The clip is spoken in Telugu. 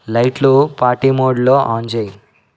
లైట్లు పార్టీ మోడ్లో ఆన్ చెయ్యి